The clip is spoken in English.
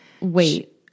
Wait